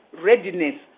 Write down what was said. readiness